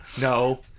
no